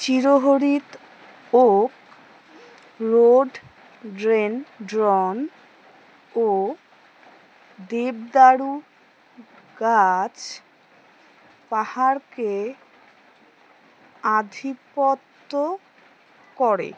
চিরহরিৎ oak rhododendron ও দেবদারু গাছ পাহাড়কে আধিপত্য করে